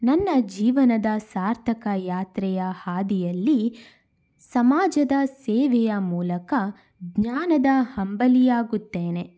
ನನ್ನ ಜೀವನದ ಸಾರ್ಥಕ ಯಾತ್ರೆಯ ಹಾದಿಯಲ್ಲಿ ಸಮಾಜದ ಸೇವೆಯ ಮೂಲಕ ಜ್ಞಾನದ ಹಂಬಲಿಯಾಗುತ್ತೇನೆ